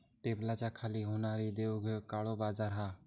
टेबलाच्या खाली होणारी देवघेव काळो बाजार हा